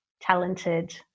talented